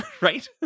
right